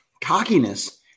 cockiness